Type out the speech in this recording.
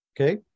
Okay